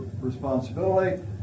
responsibility